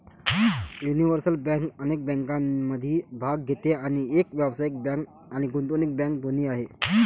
universal bank अनेक बँकिंगमध्ये भाग घेते आणि एक व्यावसायिक बँक आणि गुंतवणूक बँक दोन्ही आहे